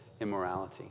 immorality